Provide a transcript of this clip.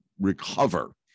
recover